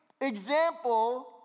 example